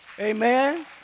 Amen